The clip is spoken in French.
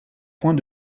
point